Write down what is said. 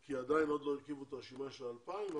כי עדיין לא הרכיבו את הרשימה של ה-2,000.